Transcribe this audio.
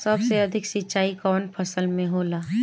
सबसे अधिक सिंचाई कवन फसल में होला?